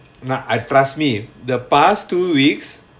nah I trust me the past two weeks